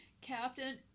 Captain